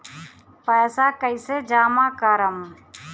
पैसा कईसे जामा करम?